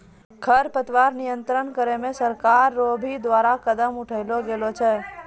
खरपतवार नियंत्रण करे मे सरकार रो भी द्वारा कदम उठैलो गेलो छै